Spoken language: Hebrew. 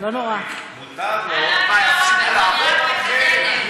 תודה רבה.